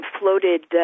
floated